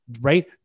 right